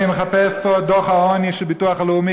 אני מחפש פה דוח העוני של ביטוח לאומי,